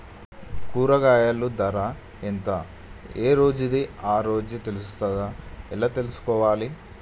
కూరగాయలు ధర ఎంత ఏ రోజుది ఆ రోజే తెలుస్తదా ఎలా తెలుసుకోవాలి?